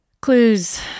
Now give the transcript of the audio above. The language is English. Clues